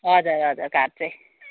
हजुर हजुर काठ चाहिँ